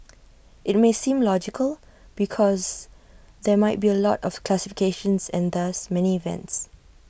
IT may seem logical because there might be A lot of classifications and thus many events